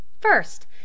First